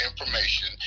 information